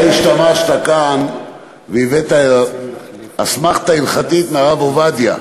אתה השתמשת כאן והבאת אסמכתה הלכתית מהרב עובדיה,